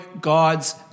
God's